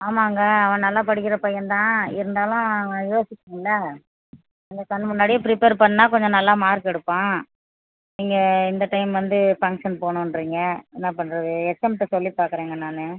ஆமாங்க அவன் நல்லா படிக்கிற பையன் தான் இருந்தாலும் யோசிக்கணும்ல எங்கள் கண் முன்னாடியே ப்ரிப்பேர் பண்ணால் கொஞ்சம் நல்லா மார்க் எடுப்பான் நீங்கள் இந்த டைம் வந்து ஃபங்க்ஷன் போணுன்றிங்க என்ன பண்ணுறது ஹெச்எம்கிட்ட சொல்லி பார்க்குறேங்க நானு